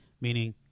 Meaning